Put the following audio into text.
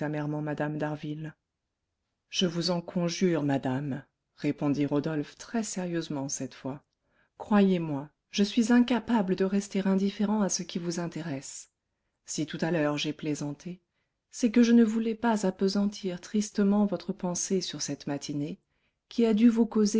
mme d'harville je vous en conjure madame répondit rodolphe très-sérieusement cette fois croyez-moi je suis incapable de rester indifférent à ce qui vous intéresse si tout à l'heure j'ai plaisanté c'est que je ne voulais pas appesantir tristement votre pensée sur cette matinée qui a dû vous